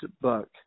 book